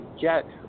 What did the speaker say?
get